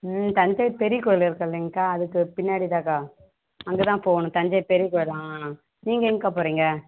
ம் தஞ்சை பெரிய கோவில் இருக்கு இல்லைங்க்கா அதுக்கு பின்னாடி தான்க்கா அங்கே தான் போகணும் தஞ்சை பெரிய கோவில் ஆ நீங்கள் எங்கேக்கா போகிறீங்க